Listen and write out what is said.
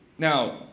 Now